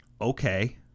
okay